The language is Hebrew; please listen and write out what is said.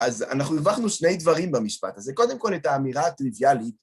אז אנחנו הרווחנו שני דברים במשפט הזה. קודם כל, את האמירה הטריוויאלית.